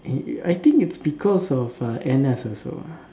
ya I think it's because of uh N_S also ah